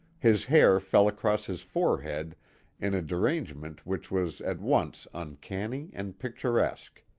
his hair fell across his forehead in a derangement which was at once uncanny and picturesque.